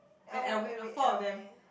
L L leh